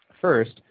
First